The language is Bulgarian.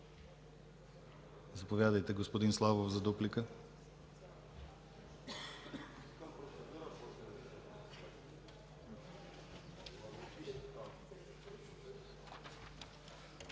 Заповядайте, господин Славов, за дуплика.